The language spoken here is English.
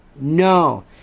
no